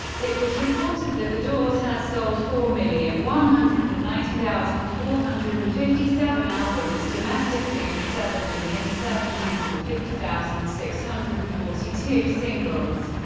it was reported that the doors had sold four million one hundred and ninety thousand four hundred and fifty seven albums domestically and seven million seven hundred and fifty thousand six hundred and forty two singles.